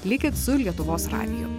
likit su lietuvos radiju